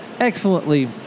Excellently